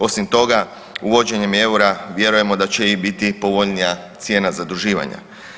Osim toga uvođenjem EUR-a vjerujemo da će i biti povoljnija cijena zaduživanja.